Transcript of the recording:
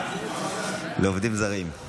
טיפול באמצעות אומנויות), התשפ"ג 2022, נתקבלה.